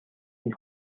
энэ